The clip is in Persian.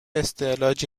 استعلاجی